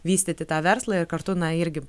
vystyti tą verslą ir kartu na irgi